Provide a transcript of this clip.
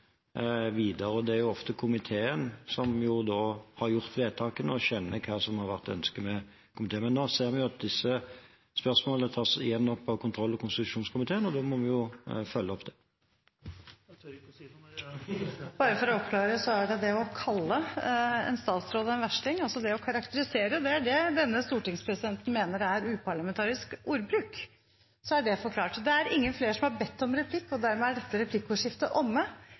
og kjenner hva som har vært ønsket av komiteen. Men nå ser vi at disse spørsmålene tas igjen opp av kontroll- og konstitusjonskomiteen, og da må vi følge opp det. Jeg tør ikke si noe mer, jeg! Bare for å oppklare, så er det det å kalle en statsråd «en versting», altså det å karakterisere, som denne stortingspresidenten mener er uparlamentarisk ordbruk. Så er det forklart. Replikkordskiftet er omme. Eg har i grunnen ikkje så veldig mykje å leggje til utover det statsråd Høie har sagt, men la meg kome med eit par merknader herifrå. Oppmodingsvedtak er